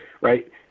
right